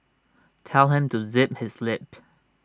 tell him to zip his lip